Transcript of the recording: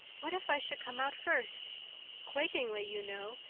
what if i should come out first quakingly, you know,